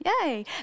Yay